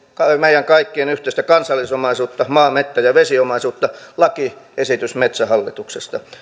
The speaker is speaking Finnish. meidän kaikkien yhteistä kansallisomaisuutta maa metsä ja vesiomaisuutta lakiesitys metsähallituksesta